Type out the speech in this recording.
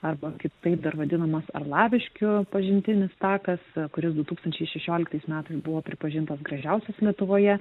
arba kitaip dar vadinamas arlaviškių pažintinis takas kuris du tūkstančiai šešioliktais metais buvo pripažintas gražiausias lietuvoje